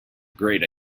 great